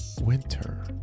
Winter